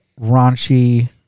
raunchy